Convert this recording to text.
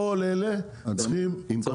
כל אלה צריכים.